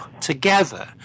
together